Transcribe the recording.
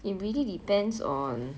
it really depends on